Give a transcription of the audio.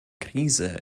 krise